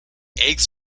eggs